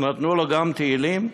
שנתנו לו גם תהילים?